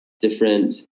different